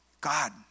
God